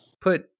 put